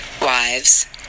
wives